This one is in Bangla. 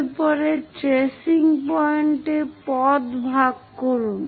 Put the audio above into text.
এর পরে ট্রেসিং পয়েন্টের পথ ভাগ করুন